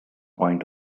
point